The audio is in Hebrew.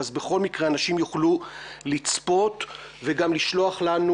אז בכל מקרה, אנשים יוכלו לצפות וגם לשלוח לנו